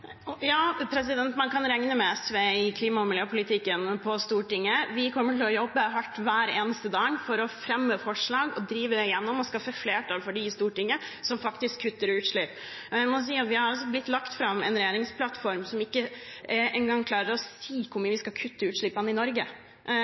Ja, man kan regne med SV i klima- og miljøpolitikken på Stortinget. Vi kommer til å jobbe hardt hver eneste dag for å fremme forslag som kutter utslipp, drive dem gjennom og skaffe flertall for dem i Stortinget. Det er lagt fram en regjeringsplattform hvor en ikke engang klarer å si hvor mye